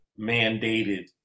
mandated